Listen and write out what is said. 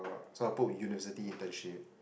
so I put university internship